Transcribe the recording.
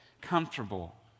comfortable